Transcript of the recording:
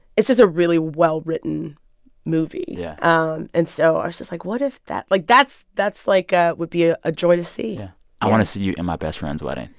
it's just a really well-written movie. yeah um and so ah just like what if that like, that's, like, ah would be ah a joy to see yeah i want to see you in my best friend's wedding.